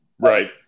Right